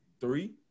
three